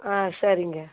ஆ சரிங்க